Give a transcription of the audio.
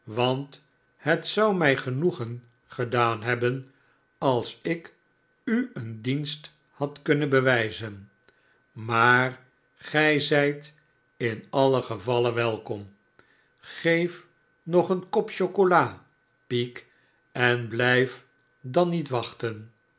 want het zou mij genoegen gedaan hebben als ik u een dienst had kunnen bewijzen maar gij zijt in alien gevalle welkom geef nog een kop chocolade peak en blijf dan niet wachten